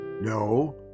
No